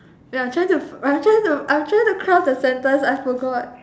ya I'm trying to I'm trying to I'm trying to craft the sentence I forgot